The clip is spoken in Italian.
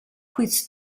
quiz